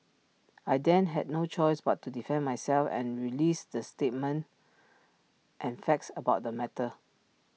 I then had no choice but to defend myself and release the statements and facts about the matter